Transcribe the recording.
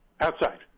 Outside